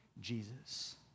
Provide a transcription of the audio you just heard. Jesus